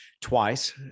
twice